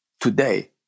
today